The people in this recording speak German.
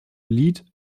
lied